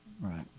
Right